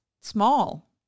small